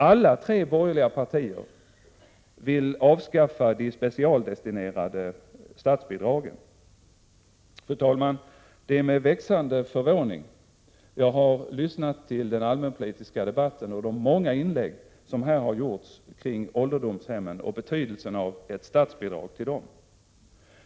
Alla tre borgerliga partier vill avskaffa de specialdestinerade statsbidragen. Fru talman! Det är med växande förvåning jag har lyssnat till den allmänpolitiska debatten och de många inlägg som här har gjorts kring ålderdomshemmen och betydelsen av ett statsbidrag till dessa.